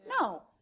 no